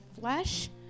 flesh